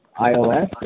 iOS